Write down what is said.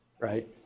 right